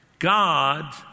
God